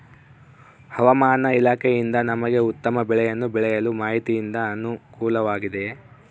ಹವಮಾನ ಇಲಾಖೆಯಿಂದ ನಮಗೆ ಉತ್ತಮ ಬೆಳೆಯನ್ನು ಬೆಳೆಯಲು ಮಾಹಿತಿಯಿಂದ ಅನುಕೂಲವಾಗಿದೆಯೆ?